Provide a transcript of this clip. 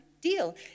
deal